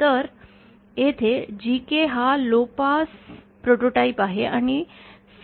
तर येथे GK हा लो पास प्रोटोटाइप आहे आणि